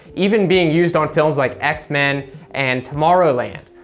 even being used on films like x-men and tomorrowland.